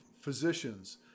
physicians